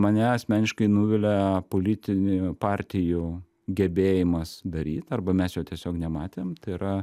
mane asmeniškai nuvilia politinių partijų gebėjimas daryt arba mes jo tiesiog nematėm tai yra